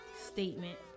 statement